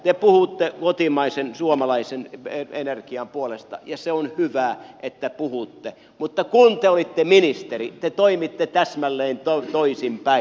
te puhutte kotimaisen suomalaisen energian puolesta ja se on hyvä että puhutte mutta kun te olitte ministeri te toimitte täsmälleen toisinpäin